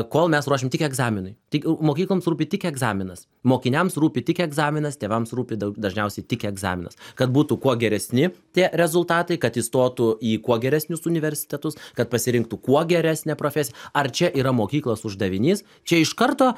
kol mes ruošiam tik egzaminui tik mokykloms rūpi tik egzaminas mokiniams rūpi tik egzaminas tėvams rūpi da dažniausiai tik egzaminas kad būtų kuo geresni tie rezultatai kad įstotų į kuo geresnius universitetus kad pasirinktų kuo geresnę profesi ar čia yra mokyklos uždavinys čia iš karto